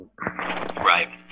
Right